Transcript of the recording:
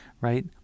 right